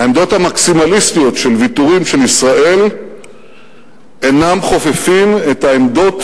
העמדות המקסימליסטיות של ויתורים של ישראל אינן חופפות את העמדות